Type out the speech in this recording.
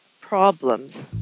problems